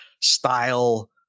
style